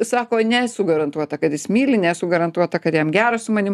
sako nesu garantuota kad jis myli nesu garantuota kad jam gera su manim